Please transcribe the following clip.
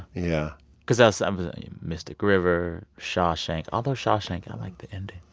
yeah because ah so um mystic river, shawshank although shawshank, i like the ending